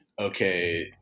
Okay